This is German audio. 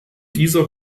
dieser